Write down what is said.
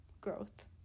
growth